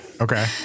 Okay